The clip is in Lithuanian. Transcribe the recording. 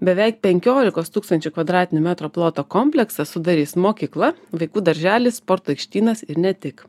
beveik penkiolikos tūkstančių kvadratinių metrų ploto kompleksą sudarys mokykla vaikų darželis sporto aikštynas ir ne tik